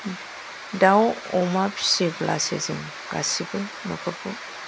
दाव अमा फिसिब्लासो जों गासिबो न'खरखौ